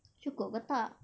cukup ke tak